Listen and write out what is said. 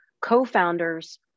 Co-founders